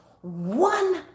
one